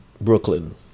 Brooklyn